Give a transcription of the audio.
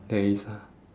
there is ah